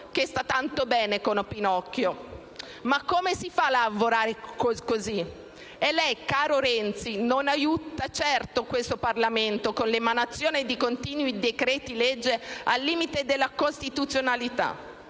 che sta tanto bene con Pinocchio. Come si fa a lavorare così? E lei, caro Renzi, non aiuta certo questo Parlamento con l'emanazione di continui decreti-legge al limite della costituzionalità.